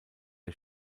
der